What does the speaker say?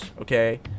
okay